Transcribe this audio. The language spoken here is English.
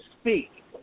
speak